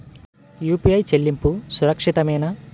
UPI చెల్లింపు సురక్షితమేనా?